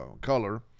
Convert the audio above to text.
color